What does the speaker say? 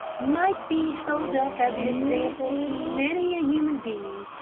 might be held up as an example to many a human being.